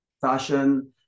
fashion